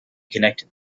connected